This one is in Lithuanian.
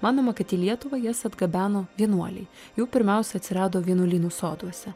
manoma kad į lietuvą jas atgabeno vienuoliai jų pirmiausia atsirado vienuolynų soduose